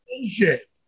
bullshit